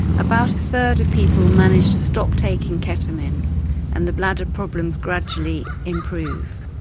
about a third of people manage to stop taking ketamine and the bladder problems gradually improve.